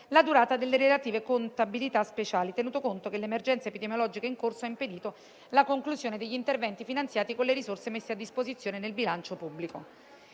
la durata delle relative contabilità speciali, tenuto conto che l'emergenza epidemiologica in corso ha impedito la conclusione degli interventi finanziati con le risorse messe a disposizione nel bilancio pubblico.